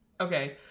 Okay